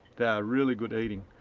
they are really good eating.